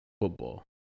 football